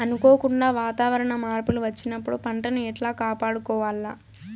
అనుకోకుండా వాతావరణ మార్పులు వచ్చినప్పుడు పంటను ఎట్లా కాపాడుకోవాల్ల?